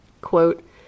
Quote